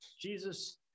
Jesus